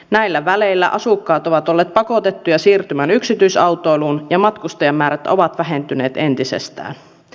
näillä väleillä asukkaat ovat olleet pakotettuja siirtymään yksityisautoiluun ja matkustajamäärät ovat vähentyneet entisestään